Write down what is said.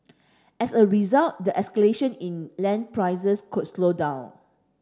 as a result the escalation in land prices could slow down